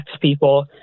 people